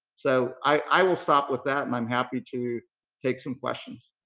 so i will stop with that and i'm happy to take some questions.